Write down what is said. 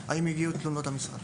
לשאלה האם הגיעו תלונות משרד.